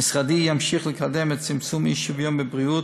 משרדי ימשיך לקדם את צמצום האי-שוויון בבריאות